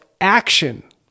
action